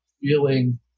feeling